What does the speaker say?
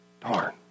Darn